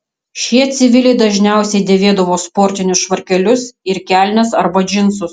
šie civiliai dažniausiai dėvėdavo sportinius švarkelius ir kelnes arba džinsus